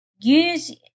use